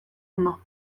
ondo